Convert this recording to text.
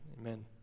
Amen